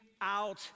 out